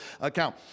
account